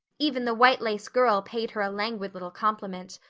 even the white-lace girl paid her a languid little compliment.